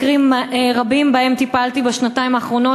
מקרים רבים שבהם טיפלתי בשנתיים האחרונות